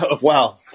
Wow